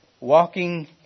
Walking